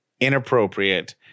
inappropriate